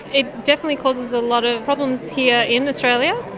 it definitely causes a lot of problems here in australia.